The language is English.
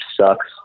sucks